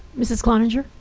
mrs. cloninger.